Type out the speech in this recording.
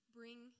bring